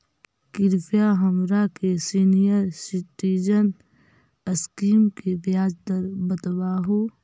कृपा हमरा के सीनियर सिटीजन स्कीम के ब्याज दर बतावहुं